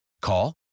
Call